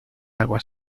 agua